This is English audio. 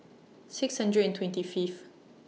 six hundred and twenty Fifth